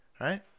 Right